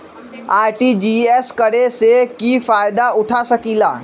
RTGS करे से की फायदा उठा सकीला?